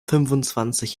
fünfundzwanzig